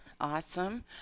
Awesome